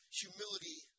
humility